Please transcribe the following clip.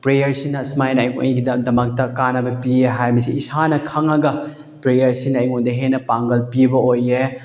ꯄ꯭ꯔꯦꯌꯔꯁꯤꯅ ꯑꯁꯨꯃꯥꯏꯅ ꯑꯩꯒꯤꯗꯃꯛꯇ ꯀꯥꯟꯅꯕ ꯄꯤꯌꯦ ꯍꯥꯏꯕꯁꯤ ꯏꯁꯥꯅ ꯈꯪꯉꯒ ꯄ꯭ꯔꯦꯌꯔꯁꯤꯅ ꯑꯩꯉꯣꯟꯗ ꯍꯦꯟꯅ ꯄꯥꯡꯒꯜ ꯄꯤꯕ ꯑꯣꯏꯌꯦ